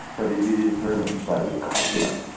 but it it is very much designed as a complement,